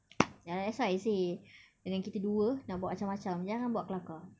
ya that's why I say dengan kita dua nak buat macam macam jangan buat kelakar